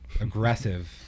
aggressive